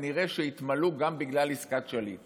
כנראה שהתמלאו גם בגלל עסקת שליט